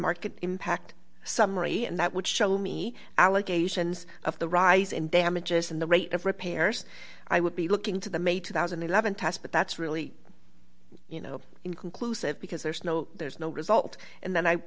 market impact summary and that would show me allegations of the rise in damages and the rate of repairs i would be looking to the may two thousand and eleven test but that's really you know inconclusive because there's no there's no result and then i